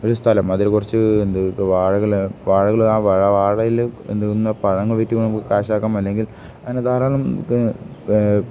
ഒരു സ്ഥലം അതിൽ കുറച്ചു എന്ത് വാഴകൾ വാഴകൾ ആ വാഴ വാഴയിൽ എന്തുന്ന പഴം വിറ്റ് നമുക്ക് കാശാക്കാം അല്ലെങ്കിൽ അങ്ങന ധാരാളം